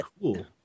cool